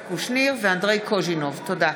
תודה.